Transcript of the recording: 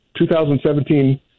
2017